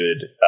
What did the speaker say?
good